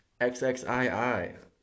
XXII